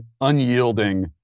unyielding